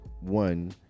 one